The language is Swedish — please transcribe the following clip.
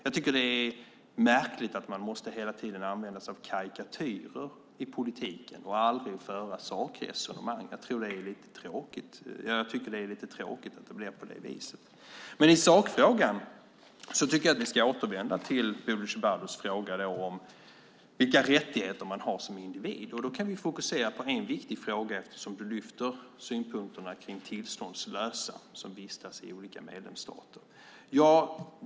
Jag tycker att det är märkligt att man hela tiden måste använda sig av karikatyrer i politiken och aldrig föra sakresonemang. Det är lite tråkigt. Men i sakfrågan tycker jag att vi ska återvända till Bodil Ceballos fråga om vilka rättigheter man har som individ. Då kan vi fokusera på en viktig fråga. Du lyfter fram synpunkterna på tillståndslösa som vistas i olika medlemsstater.